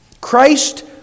Christ